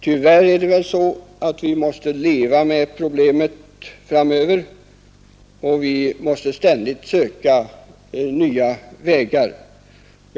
Tyvärr är det väl så att vi måste leva med problemet framöver och ständigt söka nya vägar till lösningar.